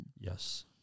Yes